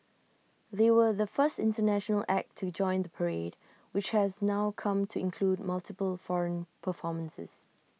they were the first International act to join the parade which has now come to include multiple foreign performances